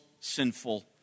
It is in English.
sinful